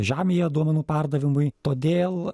žemėje duomenų perdavimui todėl